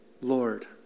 Lord